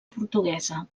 portuguesa